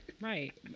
Right